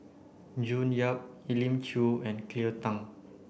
June Yap Elim Chew and Cleo Thang